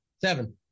Seven